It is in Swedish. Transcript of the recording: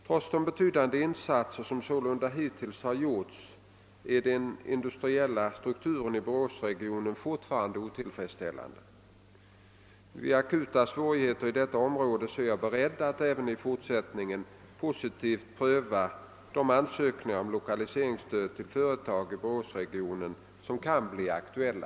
Trots de betydande insatser som sålunda hittills har gjorts är den industriella strukturen i Boråsregionen fortfarande otillfredsställande. Vid akuta svårigheter i detta område är jag beredd att även i fortsättningen positivt pröva de ansökningar om lokaliseringsstöd till företag i Boråsregionen som kan bli aktuella.